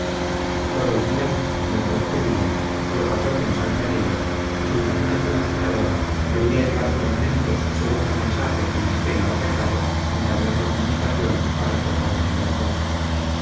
todo el día loco de júbilo se lo pasó pensando en ella y su imaginación soñadora veía llegar por momentos segundo mensaje con esquela o recado entablando comunicación para tratar de libertarle